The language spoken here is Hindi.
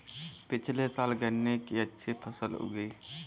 पिछले साल गन्ने की अच्छी फसल उगी